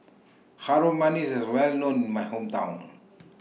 Harum Manis IS Well known in My Hometown